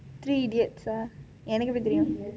three idiots ah எனக்கு எப்படி தெரியும்:enakku eppadi theriyum